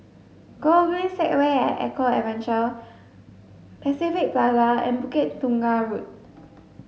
Gogreen Segway at Eco Adventure Pacific Plaza and Bukit Tunggal Road